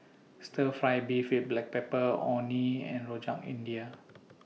Stir Fry Beef with Black Pepper Orh Nee and Rojak India